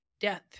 Death